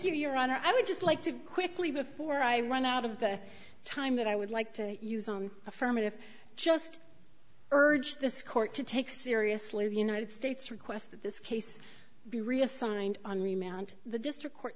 you your honor i would just like to quickly before i run out of the time that i would like to use on affirmative just urge this court to take seriously the united states request that this case be reassigned on remount the district court